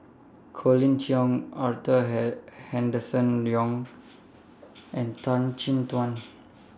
Colin Cheong Arthur Henderson Young and Tan Chin Tuan